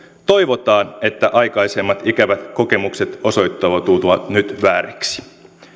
toivotaan että aikaisemmat ikävät kokemukset osoittautuvat nyt vääriksi